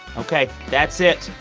ok, that's it.